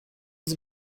sie